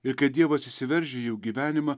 ir kai dievas įsiveržia į jų gyvenimą